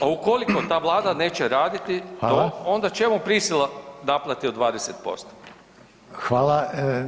A ukoliko ta vlada neće raditi to [[Upadica: Hvala]] onda čemu prisila naplate od 20%